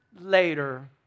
later